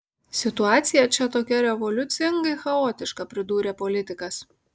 situacija čia tokia revoliucingai chaotiška pridūrė politikas